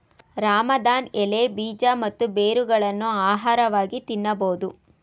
ರಾಮದಾನ್ ಎಲೆ, ಬೀಜ ಮತ್ತು ಬೇರುಗಳನ್ನು ಆಹಾರವಾಗಿ ತಿನ್ನಬೋದು